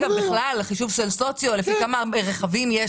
בכלל החישוב של זה לפי כמה רכבים יש